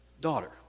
daughter